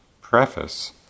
preface